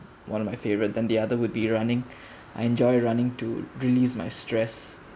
one of my favorite than the other would be running I enjoy running to release my stress